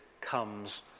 comes